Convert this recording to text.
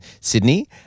Sydney